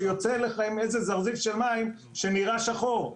שיוצא לכם איזה זרזיף של מים שנראה שחור.